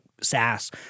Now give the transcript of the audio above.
SaaS